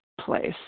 place